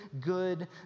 good